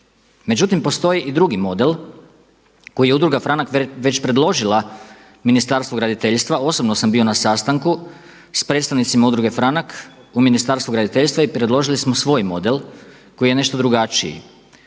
Međutim postoji i drugi model koji je Udruga Franak već predložila Ministarstvu graditeljstva, osobno sam bio na sastanku s predstavnicima Udruge Franak u Ministarstvu graditeljstva i predložili smo svoj model koji je nešto drugačiji.